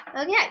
Okay